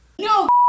No